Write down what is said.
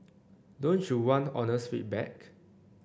don't you want honest feedback